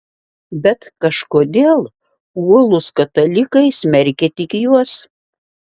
bet kažkodėl uolūs katalikai smerkia tik juos